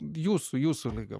jūsų jūsų lygio